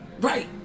Right